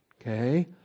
okay